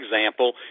example